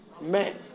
man